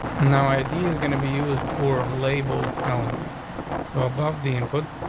no idea is going to be used for label element so above the input.